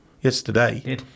yesterday